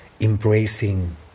Embracing